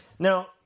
Now